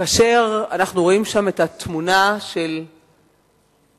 וכאשר אנחנו רואים שם את התמונה של רופא,